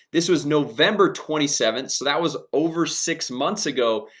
this was november twenty seven so that was over six months ago,